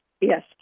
Yes